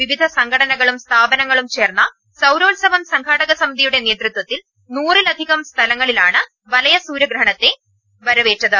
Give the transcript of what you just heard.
വിവിധ സംഘടനകളും സ്ഥാപനങ്ങളും ചേർന്ന സൌരോത്സവം സംഘാടക സമിതിയുടെ നേതൃത്വത്തിൽ നൂറിലധികം സ്ഥലങ്ങളിലാണ് വലയ സൂര്യഗ്രഹണത്തെ വരേവറ്റത്